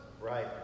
Right